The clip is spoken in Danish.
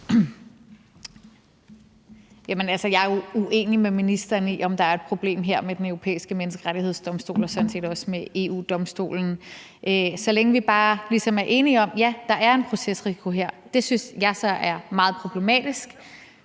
jeg er jo uenig med ministeren i, at der er et problem her med Den Europæiske Menneskerettighedsdomstol og sådan set også med EU-Domstolen. Så længe vi ligesom bare er enige om, at der faktisk er en procesrisiko her, synes jeg så det er meget problematisk.